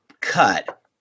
cut